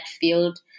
field